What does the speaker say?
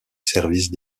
service